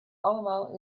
allemaal